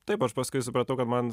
taip aš paskui supratau kad man